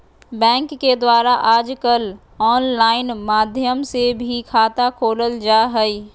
bank के द्वारा आजकल आनलाइन माध्यम से भी खाता खोलल जा हइ